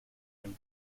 and